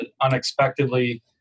unexpectedly